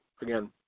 again